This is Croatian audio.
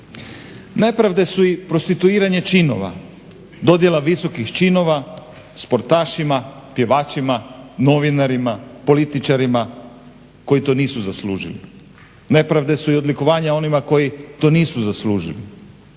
Nepravde su i prostituiranje činova, dodjela visokih činova sportašima, pjevačima, novinarima, političarima koji to nisu zaslužili. Nepravde su i odlikovanje onima koji to nisu zaslužili.